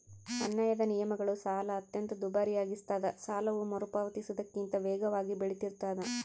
ಅನ್ಯಾಯದ ನಿಯಮಗಳು ಸಾಲ ಅತ್ಯಂತ ದುಬಾರಿಯಾಗಿಸ್ತದ ಸಾಲವು ಮರುಪಾವತಿಸುವುದಕ್ಕಿಂತ ವೇಗವಾಗಿ ಬೆಳಿತಿರ್ತಾದ